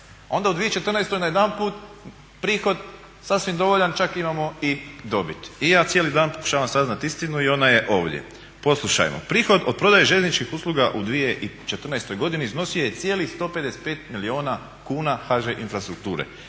Onda u 2014.najedanput prihod sasvim dovoljan, čak imamo i dobiti i ja cijeli dan pokušavam saznati istinu i ona je ovdje. Poslušajmo, prihod od prodaje željezničkih usluga u 2014.godini iznosio je cijelih 155 milijuna kuna HŽ Infrastrukture